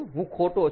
હું ખોટો છું